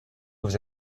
vous